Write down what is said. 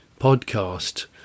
podcast